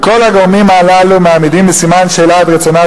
וכל הגורמים הללו מעמידים בסימן שאלה את רצונם